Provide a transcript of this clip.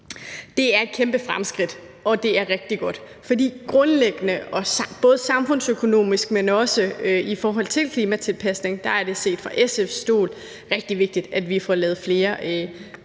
Det er et kæmpe fremskridt, og det er rigtig godt. For grundlæggende er det, både samfundsøkonomisk, men også i forhold til klimatilpasning, set fra SF's stol rigtig vigtigt, at vi får lavet flere